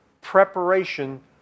preparation